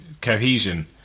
cohesion